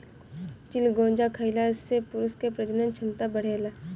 चिलगोजा खइला से पुरुष के प्रजनन क्षमता बढ़ेला